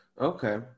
Okay